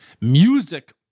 music